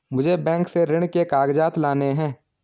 मुझे बैंक से ऋण के कागजात लाने हैं